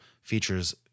features